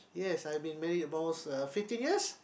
yes I've been married almost uh fifteen years